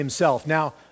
Now